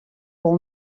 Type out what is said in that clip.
wol